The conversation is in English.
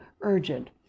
urgent